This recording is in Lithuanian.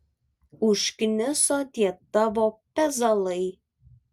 užkniso tie tavo pezalai